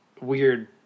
weird